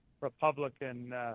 republican